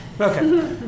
Okay